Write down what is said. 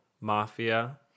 mafia